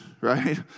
right